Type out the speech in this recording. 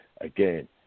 again